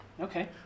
Okay